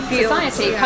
society